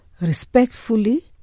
respectfully